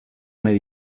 nahi